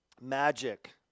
magic